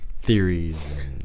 theories